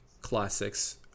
classics